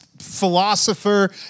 philosopher